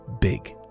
big